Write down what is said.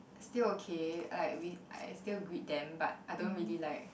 still okay like we I still greet them but I don't really like